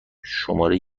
شماره